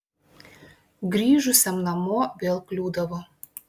grįžusiam namo vėl kliūdavo